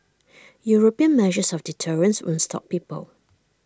european measures of deterrence won't stop people